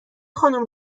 خانم